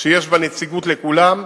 שיש בה נציגות לכולם,